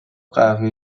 قهوه